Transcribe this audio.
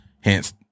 Hence